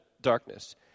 darkness